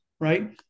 right